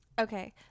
Okay